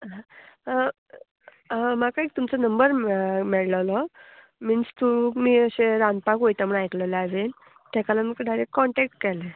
म्हाका एक तुमचो नंबर मेळ्ळोलो मिन्स तुमी अशें रांदपाक वयता म्हण आयकलेलें हांवें ताका लागून तुमकां डायरेक्ट कॉन्टेक्ट केलें